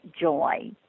joy